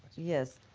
yes.